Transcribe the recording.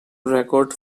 record